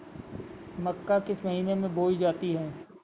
मक्का किस महीने में बोई जाती है?